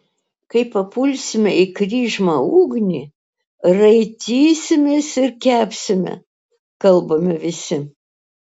kai papulsime į kryžmą ugnį raitysimės ir kepsime kalbame visi